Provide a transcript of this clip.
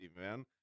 man